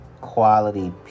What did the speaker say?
quality